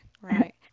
right